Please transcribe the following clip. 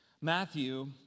Matthew